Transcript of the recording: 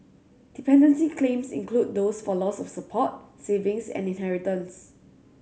dependency claims include those for loss of support savings and inheritance